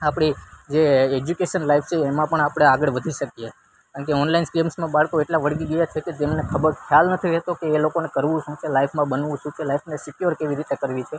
આપણી જે education life છે એમાં પણ આપણે આગળ વધી શકીએ કારણ કે ઓનલાઈન ગેમ્સમાં બાળકો એટલા વળગી ગયા છે કે જેમને ખબર ખ્યાલ નથી રહેતો કે એ લોકોને કરવું શું કે લાઈફમાં બનવું શું કે લાઈફને સિક્યોર કેવી રીતના કરવી છે